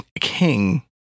king